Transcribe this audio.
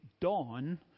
Dawn